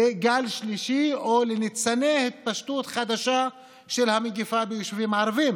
לגל שלישי או לניצני התפשטות חדשה של המגפה ביישובים הערביים,